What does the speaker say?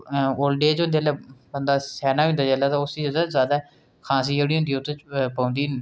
old age होंदे जेल्लै बंदा स्याना होई जंदा जिसलै तां ओह् उसी जैदा खांसी जेह्ड़ी होंदी उत्त च पौंदी